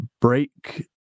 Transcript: break